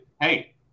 Hey